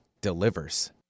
delivers